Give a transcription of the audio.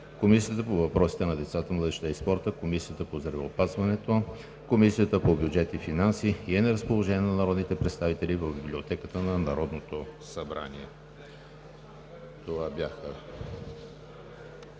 Комисията по въпросите на децата, младежта и спорта, Комисията по здравеопазването, Комисията по бюджет и финанси, и е на разположение на народните представители в Библиотеката на Народното събрание. Продължаваме